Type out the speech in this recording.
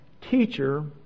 Teacher